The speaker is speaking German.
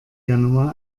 januar